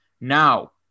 now